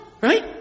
right